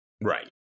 Right